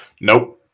Nope